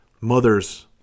mother's